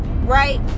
right